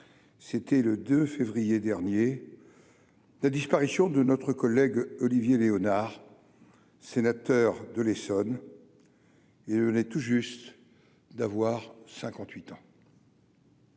c'était le 2 février dernier la disparition de notre collègue Olivier Léonard, sénateur de l'Essonne et venait tout juste d'avoir